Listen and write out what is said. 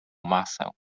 masę